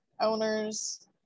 owners